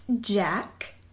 Jack